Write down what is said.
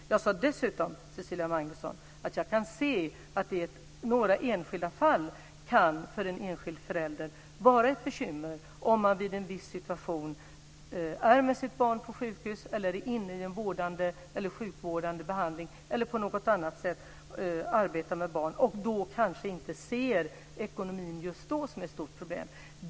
Jag sade dessutom, Cecilia Magnusson, att jag kan se att det i några enskilda fall kan vara ett bekymmer för en enskild förälder om man i en viss situation är med sitt barn på sjukhus, om man är inne i en sjukvårdande behandling eller på något annat sätt arbetar med barn och kanske inte just då ser ekonomin som ett stort problem.